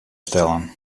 stellen